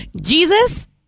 Jesus